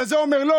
לזה אומר לא,